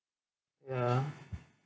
ya